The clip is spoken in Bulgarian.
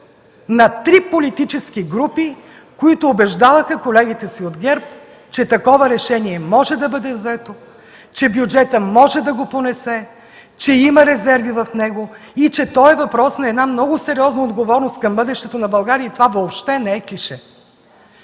на три политически групи, които убеждаваха колегите си от ГЕРБ, че такова решение може да бъде взето, че бюджетът може да го понесе, че има резерви в него и че той е въпрос на много сериозна отговорност към бъдещето на България. И това въобще не е клише.